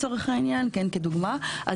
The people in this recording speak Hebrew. כדוגמה,